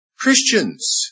Christians